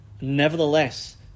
nevertheless